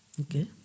Okay